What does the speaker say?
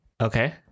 Okay